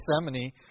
Gethsemane